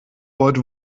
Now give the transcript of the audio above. wollt